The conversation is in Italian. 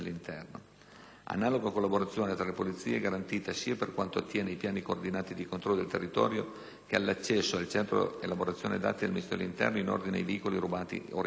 Analoga collaborazione tra le Polizie è garantita sia per quanto attiene i piani coordinati di controllo del territorio, sia per quanto riguarda l'accesso al centro elaborazione dati del Ministero dell'interno, in ordine ai veicoli rubati o rinvenuti.